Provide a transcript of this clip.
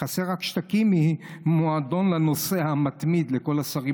חסר רק שתקימי מועדון לנוסע המתמיד לכל השרים